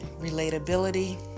relatability